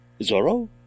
Zorro